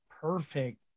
perfect